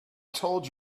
told